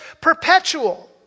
perpetual